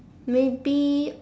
maybe